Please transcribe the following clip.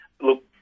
look